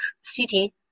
city